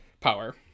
power